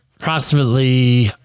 approximately